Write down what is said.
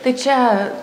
tai čia